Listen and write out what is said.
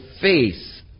face